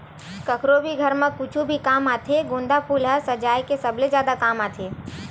कखरो भी घर म कुछु भी काम आथे गोंदा फूल ह सजाय के सबले जादा काम आथे